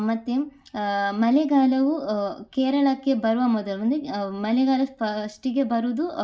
ಮತ್ತೆ ಮಳೆಗಾಲವು ಕೇರಳಕ್ಕೆ ಬರುವ ಮೊದಲು ಅಂದರೆ ಮಳೆಗಾಲ ಫಾಸ್ಟಿಗೆ ಬರೋದು